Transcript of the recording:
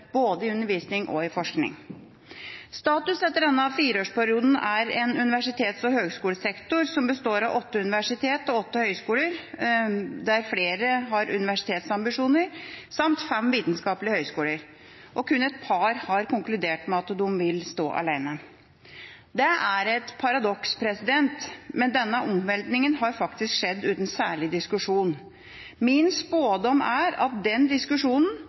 både i undervisning og i forskning. Status etter denne fireårsperioden er en universitets- og høyskolesektor som består av åtte universitet og åtte høyskoler, hvorav flere har universitetsambisjoner, samt fem vitenskapelige høyskoler. Kun et par har konkludert med at de vil stå alene. Det er et paradoks, men denne omveltningen har skjedd uten noen særlig diskusjon. Min spådom er at diskusjonen